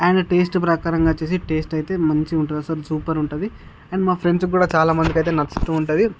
and taste ప్రకారంగా వచ్చి taste అయితే మంచిగా ఉంటాది అసలు సూపర్ ఉంటుంది అండ్ మా ఫ్రెండ్స్కి కూడా చాలా మందికైతే నచ్చుతుంది